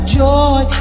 joy